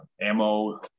ammo